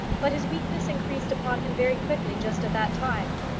but his weakness increased upon him very quickly just at that time.